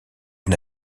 une